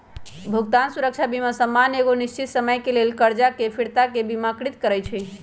भुगतान सुरक्षा बीमा सामान्य एगो निश्चित समय के लेल करजा के फिरताके बिमाकृत करइ छइ